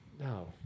No